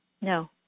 No